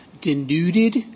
denuded